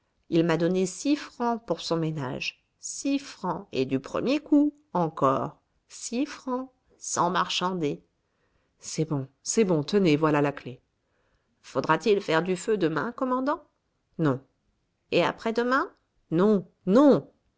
il m'a donné six francs pour son ménage six francs et du premier coup encore six francs sans marchander c'est bon c'est bon tenez voilà la clef faudra-t-il faire du feu demain commandant non et après-demain non non